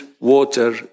water